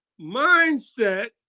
mindset